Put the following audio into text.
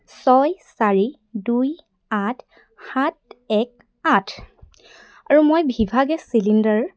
ছয় চাৰি দুই আঠ সাত এক আঠ আৰু মই ভিভা গেছ চিলিণ্ডাৰ